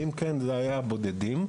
ואם כן, מדובר בבודדים.